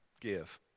Give